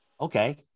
okay